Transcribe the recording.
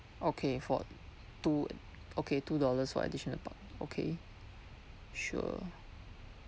okay for two okay two dollars for additional park okay sure